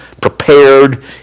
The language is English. prepared